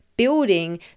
building